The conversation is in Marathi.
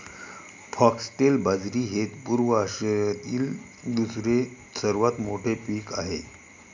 फॉक्सटेल बाजरी हे पूर्व आशियातील दुसरे सर्वात मोठे पीक आहे